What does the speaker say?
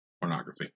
pornography